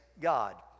God